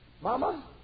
Mama